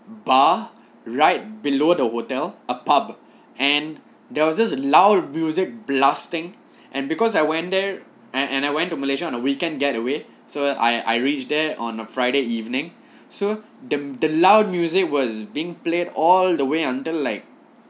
bar right below the hotel a pub and there was just loud music blasting and because I went there and and I went to malaysia on the weekend getaway so I I reach there on a friday evening so the the loud music was being played all the way until like